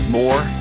more